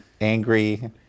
angry